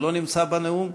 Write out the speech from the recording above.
זה לא נמצא בנאום,